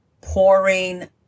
pouring